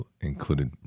included